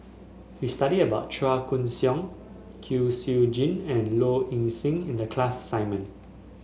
we study about Chua Koon Siong Kwek Siew Jin and Low Ing Sing in the class assignment